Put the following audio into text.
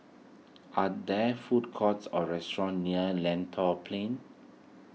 are there food courts or restaurants near Lentor Plain